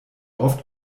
oft